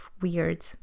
weird